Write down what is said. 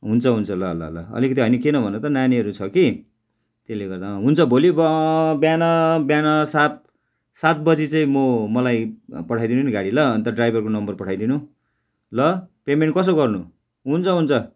हुन्छ हुन्छ ल ल ल अलिकति होइन किन भन त नानीहरू छ कि त्यसले गर्दा हुन्छ भोलि बिहान बिहान सात सात बजी चाहिँ म मलाई पठाइदिनु नि गाडी ल अन्त ड्राइभरको नम्बर पठाइदिनु ल पेमेन्ट कसो गर्नु हुन्छ हुन्छ